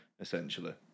essentially